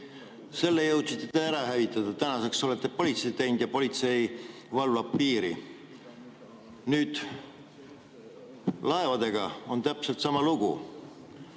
Selle jõudsite te ära hävitada. Tänaseks olete politsei teinud ja politsei valvab piiri. Nüüd on laevadega täpselt sama lugu.